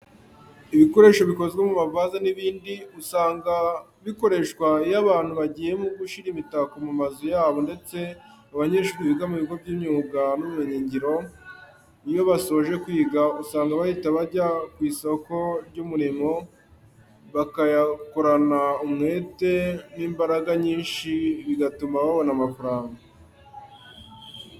Ibibumbano bikozwe mu mavaze n'ibindi, usanga bikoreshwa iyo abantu bagiye gushyira imitako mu mazu yabo ndetse abanyeshuri biga mu bigo by'imyuga n'ubumenyingiro, iyo basoje kwiga, usanga bahita bajya ku isoko ry'umurimo bakayakorana umwetse n'imbaraga nyinshi bigatuma babona amafaranga.